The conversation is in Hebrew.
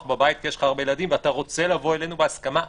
בבית כי יש לך הרבה ילדים ואתה רוצה לבוא אלינו בהסכמה אמיתית,